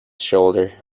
shoulder